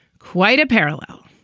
quite a parallel.